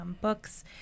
books